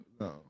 no